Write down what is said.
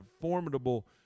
formidable